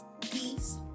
peace